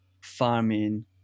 farming